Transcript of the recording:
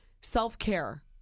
Self-care